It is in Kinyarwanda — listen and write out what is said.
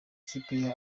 ikipe